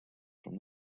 from